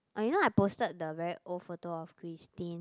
oh you know I posted the very old photo of Christine